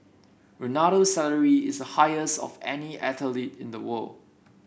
Ronaldo's salary is a highest of any athlete in the world